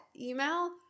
email